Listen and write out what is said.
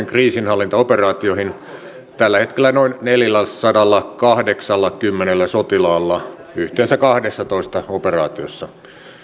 kriisinhallintaoperaatioihin tällä hetkellä noin neljälläsadallakahdeksallakymmenellä sotilaalla yhteensä kahdessatoista operaatiossa